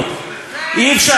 אי-אפשר גם וגם.